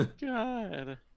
God